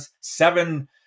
seven